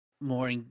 more